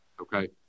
Okay